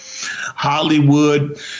Hollywood